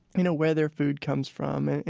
you know, where their food comes from.